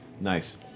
nice